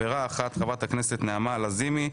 חברת אחת: חברת הכנסת נעמה לזימי.